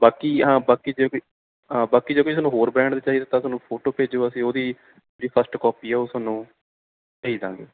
ਬਾਕੀ ਹਾਂ ਬਾਕੀ ਜੇ ਬਾਕੀ ਜੇ ਹਾਂ ਬਾਕੀ ਜੇ ਕੋਈ ਸਾਨੂੰ ਹੋਰ ਬੈਂਡ ਚਾਹੀਦੇ ਤਾਂ ਸਾਨੂੰ ਫੋਟੋ ਭੇਜੋ ਅਸੀਂ ਉਹਦੀ ਫਸਟ ਕਾਪੀ ਆ ਉਹ ਤੁਹਾਨੂੰ ਭੇਜ ਦੇਵਾਂਗੇ